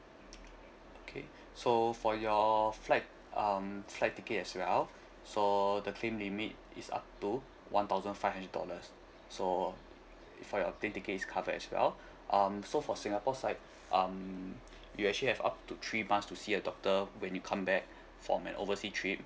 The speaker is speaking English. okay so for your flight um flight ticket as well so the claim limit is up to one thousand five hundred dollars so for your plane ticket is covered as well um so for singapore side um you actually have up to three months to see a doctor when you come back from an overseas trip